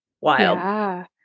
wild